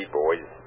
boys